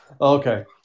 Okay